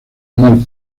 animal